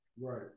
right